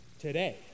Today